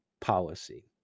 policy